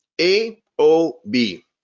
A-O-B